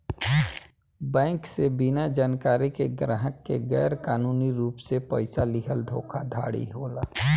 bank से बिना जानकारी के ग्राहक के गैर कानूनी रूप से पइसा लीहल धोखाधड़ी होला